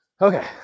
Okay